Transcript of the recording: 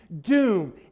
doom